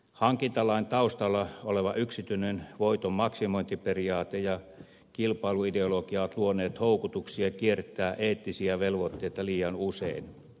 hankintalain taustalla oleva yksityinen voiton maksimointiperiaate ja kilpailuideologia ovat luoneet houkutuksia kiertää eettisiä velvoitteita liian usein